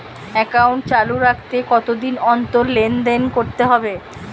Account চালু রাখতে কতদিন অন্তর লেনদেন করতে হবে?